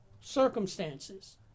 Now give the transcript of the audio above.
circumstances